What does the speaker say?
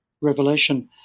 revelation